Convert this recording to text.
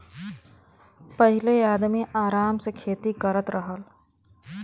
पहिले आदमी आराम से खेती करत रहल